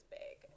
big